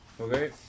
Okay